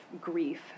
grief